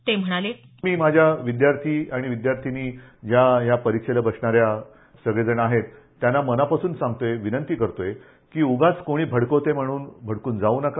ते म्हणाले मी जे विद्यार्थी आणि विद्यार्थीनी जे या परीक्षेला बसणाऱ्या सगळेजण आहेत त्यांना मनापासून सांगतोय विनंती करतोय की उगाच कोणी भडकवतंय म्हणून भडकून जावू नका